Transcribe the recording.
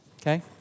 okay